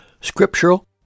scriptural